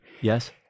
Yes